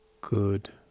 good